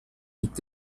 liegt